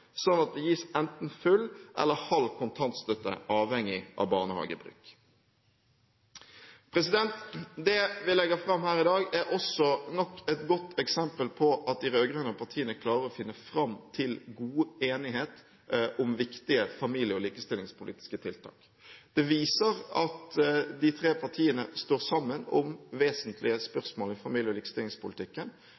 sånn at det gis enten full eller halv kontantstøtte, avhengig av barnehagebruk. Det vi legger fram her i dag, er nok et godt eksempel på at de rød-grønne partiene klarer å finne fram til god enighet om viktige familie- og likestillingspolitiske tiltak. Det viser at de tre partiene står sammen om vesentlige